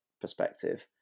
perspective